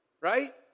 Right